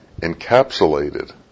encapsulated